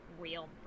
real